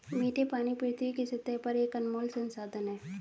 मीठे पानी पृथ्वी की सतह पर एक अनमोल संसाधन है